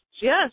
yes